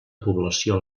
població